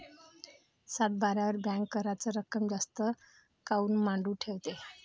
सातबाऱ्यावर बँक कराच रक्कम जास्त काऊन मांडून ठेवते?